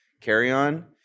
carry-on